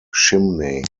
chimney